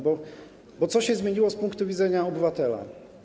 Bo co się zmieniło z punktu widzenia obywatela?